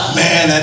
man